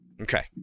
okay